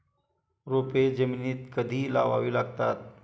रोपे जमिनीत कधी लावावी लागतात?